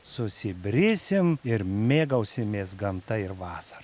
susibrisim ir mėgausimės gamta ir vasara